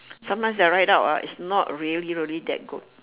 sometimes the ride out ah it's not really really that good